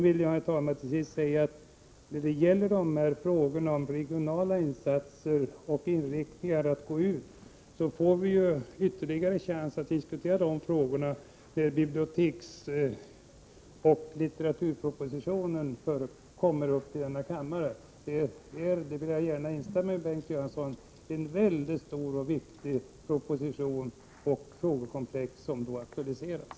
Till sist, herr talman, vill jag säga, beträffande frågorna om regionala insatser och inriktningen när det gäller att gå ut med detta, att vi får ytterligare en chans att diskutera de frågorna när biblioteksoch litteraturpropositionen kommer upp här i kammaren. Jag vill gärna instämma med Bengt Göransson i att det är ett mycket stort och viktigt frågekomplex som då aktualiseras.